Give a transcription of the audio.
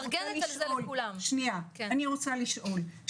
אני רוצה לשאול,